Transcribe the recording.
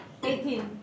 18